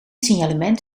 signalement